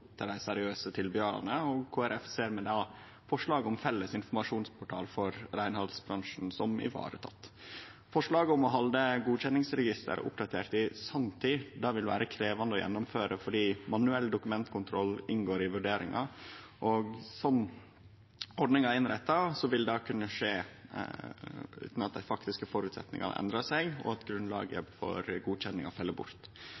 til dei seriøse tilbydarane, og Kristeleg Folkeparti ser på forslaget om felles informasjonsportal for reinhaldsbransjen som vareteke. Forslaget om å halde eit godkjenningsregister oppdatert i sanntid vil vere krevjande å gjennomføre, fordi manuell dokumentkontroll inngår i vurderinga, og slik ordninga er innretta, vil det kunne skje utan at dei faktiske føresetnadene endrar seg, og at grunnlaget for godkjenninga fell bort.